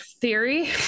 theory